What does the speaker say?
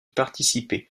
participer